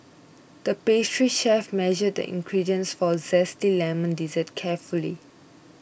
the pastry chef measured the ingredients for a Zesty Lemon Dessert carefully